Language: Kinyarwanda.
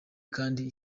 kandi